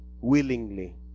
willingly